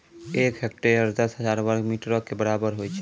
एक हेक्टेयर, दस हजार वर्ग मीटरो के बराबर होय छै